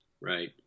Right